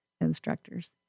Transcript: instructors